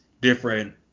different